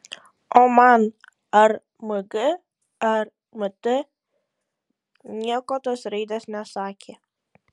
o man ar mg ar mt nieko tos raidės nesakė